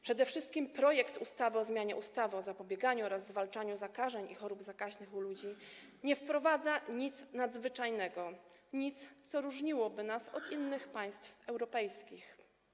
Przede wszystkim projekt ustawy o zmianie ustawy o zapobieganiu oraz zwalczaniu zakażeń i chorób zakaźnych u ludzi nie wprowadza nic nadzwyczajnego, nic, co różniłoby nas od innych państw europejskich.